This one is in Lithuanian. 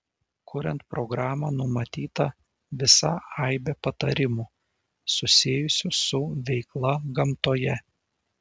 kuriant programą numatyta visa aibė patarimų susijusių su veikla gamtoje